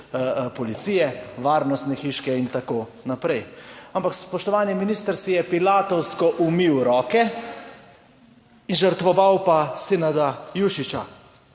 policije, varnostne hiške in tako naprej. Ampak spoštovani minister si je pilatovsko umil roke, žrtvoval pa Senada Jušića.